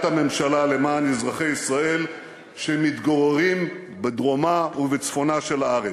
הממשלה למען אזרחי ישראל שמתגוררים בדרומה ובצפונה של הארץ.